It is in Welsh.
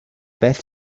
beth